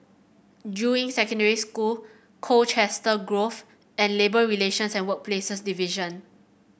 Juying Secondary School Colchester Grove and Labour Relations and Workplaces Division